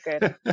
good